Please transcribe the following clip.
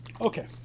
Okay